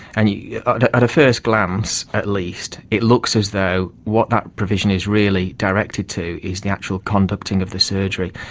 and you know at a first glance at least it looks as though what that provision is really directed to is the actual conducting of the surgery.